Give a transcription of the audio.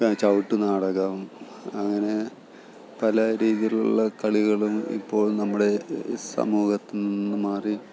ചവിട്ട്നാടകം അങ്ങനെ പല രീതിയിലുള്ള കളികളും ഇപ്പോൾ നമ്മുടെ സമൂഹത്ത് നിന്ന് മാറി